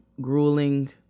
grueling